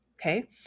Okay